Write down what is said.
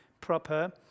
proper